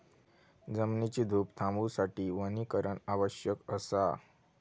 जमिनीची धूप थांबवूसाठी वनीकरण आवश्यक असा